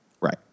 Right